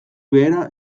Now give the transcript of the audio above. behera